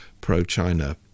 pro-china